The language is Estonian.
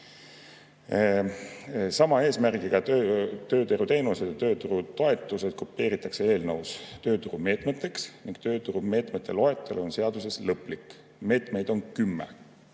Sama eesmärgiga tööturuteenused ja tööturutoetused kopeeritakse eelnõus tööturumeetmeteks ning tööturumeetmete loetelu on seaduses lõplik. Meetmeid on kümme: